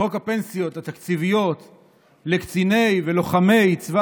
חוק הפנסיות התקציביות לקציני ולוחמי צבא